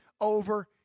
over